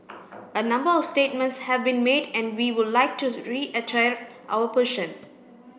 a number of statements have been made and we will like to our potion